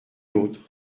l’autre